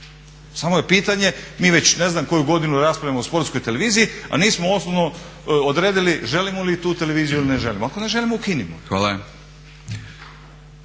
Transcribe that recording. samo je pitanje, mi već ne znam koju godinu raspravljamo o Sportskoj televiziji a nismo osnovno odredili želimo li tu televiziju ili ne želimo? Ako ne želimo ukinimo je.